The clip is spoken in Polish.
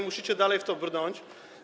Musicie dalej w to brnąć?